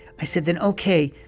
i said then ok,